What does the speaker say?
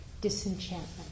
disenchantment